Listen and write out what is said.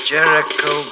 Jericho